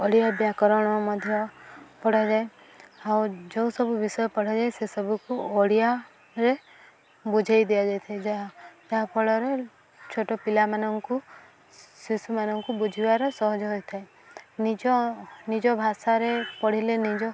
ଓଡ଼ିଆ ବ୍ୟାକରଣ ମଧ୍ୟ ପଢ଼ା ଯାଏ ଆଉ ଯେଉଁ ସବୁ ବିଷୟ ପଢ଼ା ଯାଏ ସେ ସବୁକୁ ଓଡ଼ିଆରେ ବୁଝାଇ ଦିଆଯାଇ ଥାଏ ଯାହା ଯାହାଫଳରେ ଛୋଟ ପିଲାମାନଙ୍କୁ ଶିଶୁମାନଙ୍କୁ ବୁଝିବାର ସହଜ ହୋଇଥାଏ ନିଜ ନିଜ ଭାଷାରେ ପଢ଼ିଲେ ନିଜ